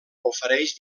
ofereix